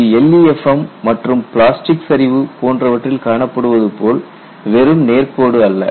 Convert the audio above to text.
இது LEFM மற்றும் plastic சரிவு போன்றவற்றில் காணப்படுவது போல் வெறும் நேர்கோடு அல்ல